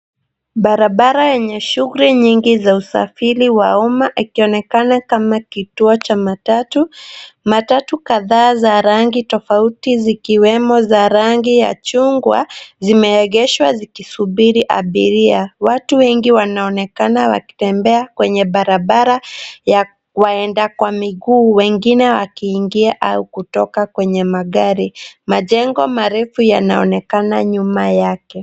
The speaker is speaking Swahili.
Barabara yenye shughuli nyingi za usafiri wa umma akionekana kama kituo cha matatu. Matatu kadhaa za rangi tofauti zikiwemo za rangi ya chungwa, zimeegeshwa zikisubiri abiria. Watu wengi wanaonekana wakitembea kwenye barabara ya waenda kwa miguu, wengine wakiingia au kutoka kwenye magari. Majengo marefu yanaonekana nyuma yake.